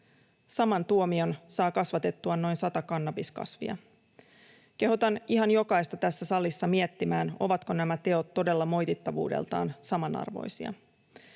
Saman tuomion saa kasvatettuaan noin sata kannabiskasvia. Kehotan ihan jokaista tässä salissa miettimään, ovatko nämä teot todella moitittavuudeltaan samanarvoisia.